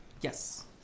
Yes